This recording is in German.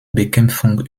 bekämpfung